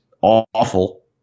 awful